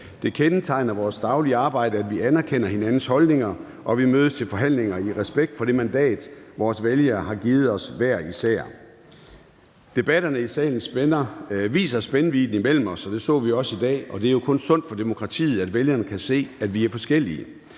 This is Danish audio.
Det kendetegner vores daglige arbejde, at vi anerkender hinandens holdninger og mødes til forhandlinger i respekt for det mandat, vores vælgere har givet os hver især. Debatterne i salen viser spændvidden imellem os; det så vi jo også i dag. Det er kun sundt for demokratiet, at vælgerne kan se, at vi er forskellige,